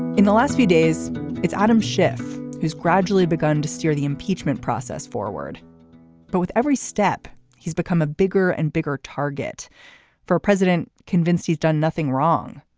in the last few days it's adam schiff has gradually begun to steer the impeachment process forward but with every step he's become a bigger and bigger target for president convinced he's done nothing wrong.